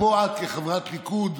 ופה את, כחברת ליכוד,